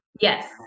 Yes